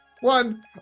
one